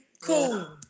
Cool